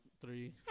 three